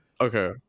Okay